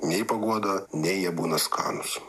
nei paguoda nei jie būna skanūs